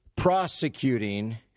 prosecuting